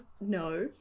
No